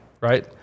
right